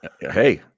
Hey